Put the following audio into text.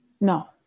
No